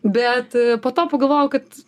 bet po to pagalvojau kad